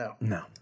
No